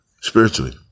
spiritually